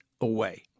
away